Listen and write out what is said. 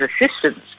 assistance